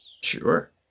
Sure